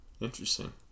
Interesting